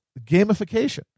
gamification